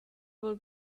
will